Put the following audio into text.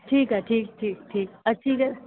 ठीकु आहे ठीकु ठीकु ठीकु अची त